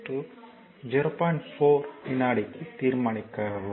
4 வினாடிக்கு தீர்மானிக்கவும்